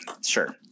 Sure